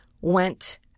went